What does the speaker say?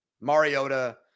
Mariota